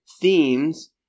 themes